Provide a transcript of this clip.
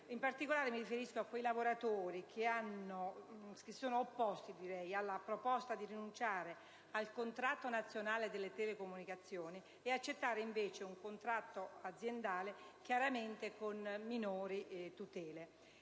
In particolare, mi riferisco a quei lavoratori che si sono opposti alla proposta di rinunciare al contratto nazionale delle telecomunicazioni e di accettare invece un contratto aziendale, chiaramente con minori tutele.